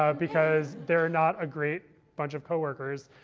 ah because they're not a great bunch of co-workers.